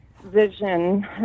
vision